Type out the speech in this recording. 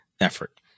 effort